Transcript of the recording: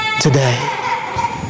today